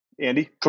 Andy